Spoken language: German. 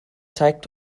zeigt